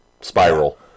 spiral